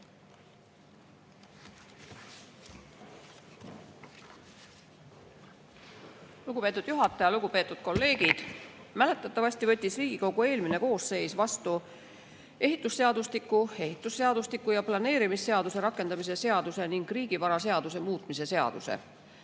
Lugupeetud juhataja! Lugupeetud kolleegid! Mäletatavasti võttis Riigikogu eelmine koosseis vastu ehitusseadustiku, ehitusseadustiku ja planeerimisseaduse rakendamise seaduse ning riigivaraseaduse muutmise seaduse.